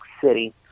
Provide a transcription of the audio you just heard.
city